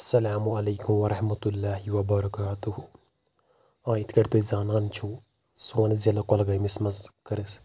اسلامُ علیکم ورحمتہ اللّہِ وبرکاتُہُ ٲں یِتھ کأٹھۍ تُہۍ زانان چھُو سون ضلہٕ کۄلگأمِس منٛز کٔر أسۍ